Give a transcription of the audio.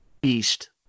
beast